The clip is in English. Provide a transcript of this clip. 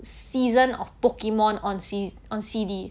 season of pokemon on c~ on C_D